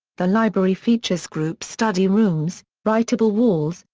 the library features group study rooms, writable walls,